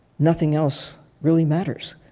nothing else really matters.